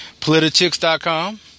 politichicks.com